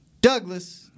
Douglas